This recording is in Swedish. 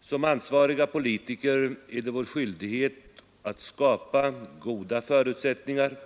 Som ansvariga politiker har vi skyldighet att skapa goda förutsättningar.